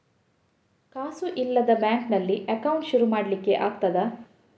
ಕಾಸು ಇಲ್ಲದ ಬ್ಯಾಂಕ್ ನಲ್ಲಿ ಅಕೌಂಟ್ ಶುರು ಮಾಡ್ಲಿಕ್ಕೆ ಆಗ್ತದಾ?